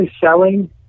selling